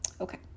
Okay